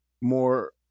more